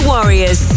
Warriors